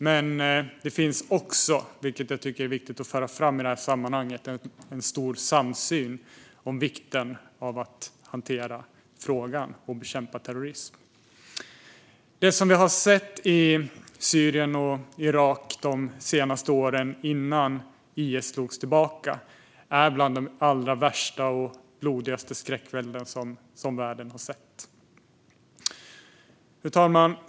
Men det finns också - vilket jag tycker är viktigt att föra fram i sammanhanget - en stor samsyn om vikten av att hantera frågan och att bekämpa terrorism. Det vi har sett i Syrien och Irak de senaste åren, innan IS slogs tillbaka, är bland de allra värsta och blodigaste skräckvälden som världen har sett. Fru talman!